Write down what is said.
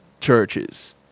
churches